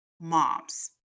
moms